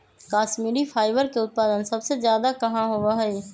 Kashmiri fibre के उत्पादन सबसे ज्यादा कहाँ होबा हई?